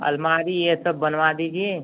अलमारी यह सब बनवा दीजिए